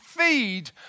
feed